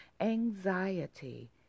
anxiety